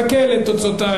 חכה לתוצאות.